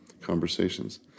conversations